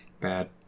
Bad